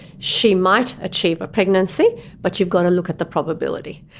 she might achieve a pregnancy but you've got to look at the probability.